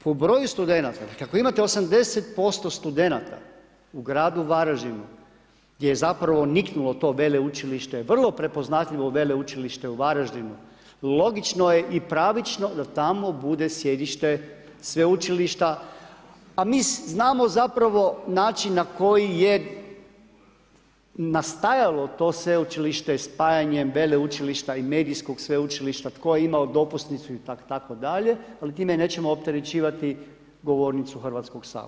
Po broju studenata, kako imate 80% studenata u gradu Varaždinu, gdje je zapravo niknulo to veleučilište, vrlo prepoznatljivo veleučilište u Varaždinu, logično je i pravično da tamo bude sjedište sveučilišta, a mi znamo zapravo način na koji je nastajalo to sveučilište spajanjem veleučilišta i medijskog sveučilišta, tko je imao dopusnicu itd. ali time nećemo opterećivati govornicu Hrvatskog sabora.